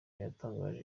yatangaje